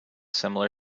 similar